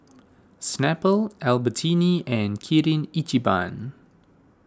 Snapple Albertini and Kirin Ichiban